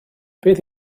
beth